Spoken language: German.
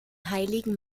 heiligen